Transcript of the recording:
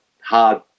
hard